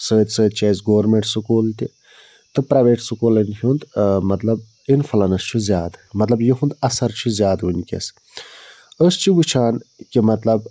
سۭتۍ سۭتۍ چھِ اَسہِ گورمِنٛٹ سکوٗل تہِ تہٕ پرٛایویٹ سکوٗلَن ہُنٛد مطلب اِنفلنس چھُ زیادٕ مطلب یِہُنٛد اَثر چھُ زیادٕ وُنکٮ۪س أسۍ چھِ وُچھان کہِ مطلب